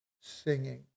singing